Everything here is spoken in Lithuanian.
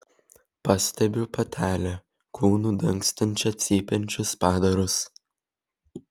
pastebiu patelę kūnu dangstančią cypiančius padarus